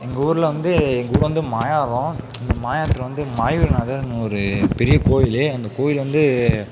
எங்கள் ஊரில் வந்து எங்கள் ஊர் வந்து மாயாவரம் மாயாவரத்துல வந்து மாயூரநாதர்னு ஒரு பெரிய கோயில் அந்த கோயில் வந்து